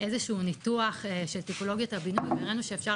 אז באמת עשינו איזשהו ניתוח של טיפולוגיות הבינוי וראינו שאפשר